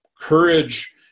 courage